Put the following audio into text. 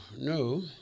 no